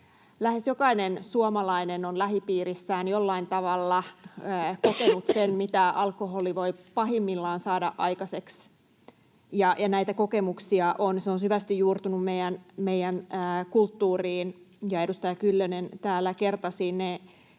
lähes jokainen suomalainen on lähipiirissään jollain tavalla kokenut sen, mitä alkoholi voi pahimmillaan saada aikaiseksi, ja näitä kokemuksia on, se on syvästi juurtunut meidän kulttuuriimme. Edustaja Kyllönen täällä kertasi ne